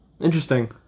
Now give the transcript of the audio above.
interesting